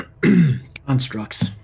constructs